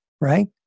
right